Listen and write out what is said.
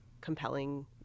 compelling